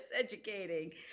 Educating